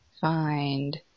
Find